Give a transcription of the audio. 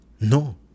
No